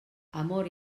amor